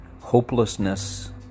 hopelessness